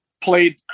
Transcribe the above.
played